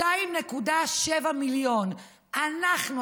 2.7 מיליון אנחנו,